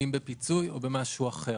אם בפיצוי או במשהו אחר.